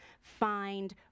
find